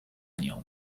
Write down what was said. nią